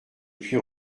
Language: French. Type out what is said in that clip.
puis